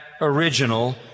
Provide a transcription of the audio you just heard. original